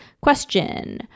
Question